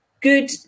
good